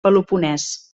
peloponès